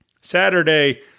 Saturday